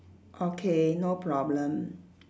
okay no problem